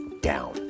down